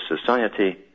society